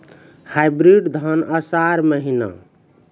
Hybrid धान आषाढ़ महीना?